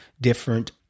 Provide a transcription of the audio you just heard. different